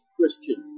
Christian